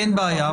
אין בעיה.